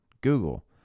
Google